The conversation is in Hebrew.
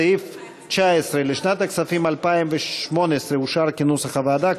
סעיף 19 לשנת הכספים 2018 אושר כנוסח הוועדה,